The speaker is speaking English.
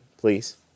please